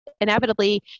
inevitably